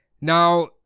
now